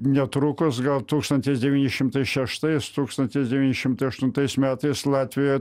netrukus gal tūkstantis devyni šimtai šeštais tūkstantis devyni šimtai aštuntais metais latvijoj